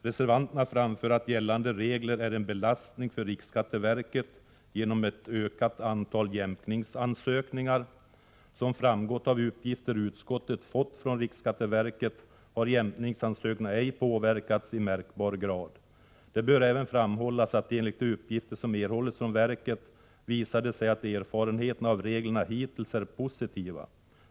Reservanterna framför att gällande regler leder till en belastning för riksskatteverket genom ett ökat antal jämkningsansökningar. Som framgått av uppgifter utskottet fått från riksskatteverket har jämkningsansökningar ej påverkats i märkbar grad. Det bör även framhållas att — enligt de uppgifter som erhållits från verket — det visar sig att erfarenheterna av reglerna hittills är positiva.